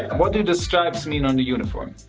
what do the stripes mean on the uniform?